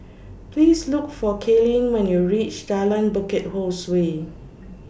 Please Look For Kalene when YOU REACH Jalan Bukit Ho Swee